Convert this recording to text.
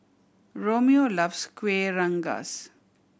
Romeo loves Kuih Rengas